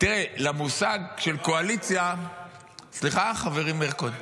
סליחה, חברי מאיר כהן?